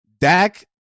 Dak